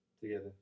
together